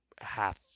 half